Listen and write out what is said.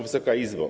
Wysoka Izbo!